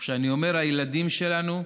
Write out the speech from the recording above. וכשאני אומר הילדים שלנו,